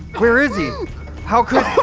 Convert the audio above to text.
where is he how could?